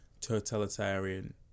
totalitarian